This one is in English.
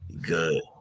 Good